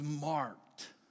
marked